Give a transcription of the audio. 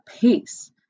pace